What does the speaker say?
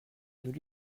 nous